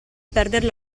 perdere